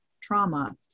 trauma